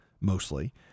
mostly